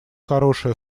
хорошая